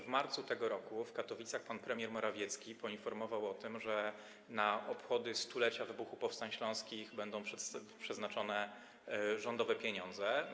W marcu tego roku w Katowicach pan premier Morawiecki poinformował o tym, że na obchody stulecia wybuchu powstań śląskich będą przeznaczone rządowe pieniądze.